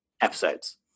episodes